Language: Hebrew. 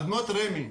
אדמות רמ"י,